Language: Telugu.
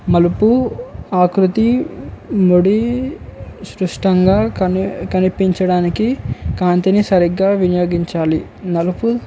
మలుపు ఆకృతి ముడి సృష్టంగా కని కనిపించడానికి కాంతిని సరిగ్గా వినియోగించాలి నలుపు